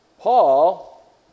Paul